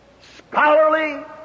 scholarly